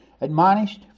admonished